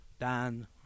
Dan